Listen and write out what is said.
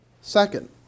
Second